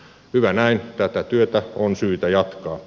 hyvä näin tätä työtä on syytä jatkaa